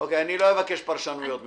לא אבקש פרשנויות ממך.